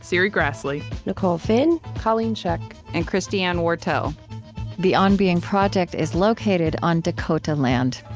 serri graslie, nicole finn, colleen scheck, and christiane wartell the on being project is located on dakota land.